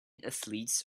athletes